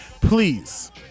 Please